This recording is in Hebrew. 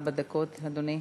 ארבע דקות, אדוני.